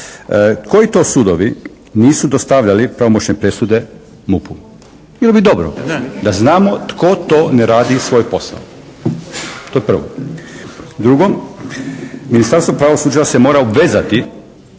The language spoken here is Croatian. koji to sudovi nisu dostavljali pravomoćne presude MUP-u. Bilo bi dobro da znamo tko to ne radi svoj posao. To je prvo. Drugo, Ministarstvo pravosuđa se mora obvezati